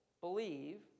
believe